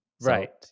Right